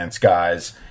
guys